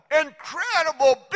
incredible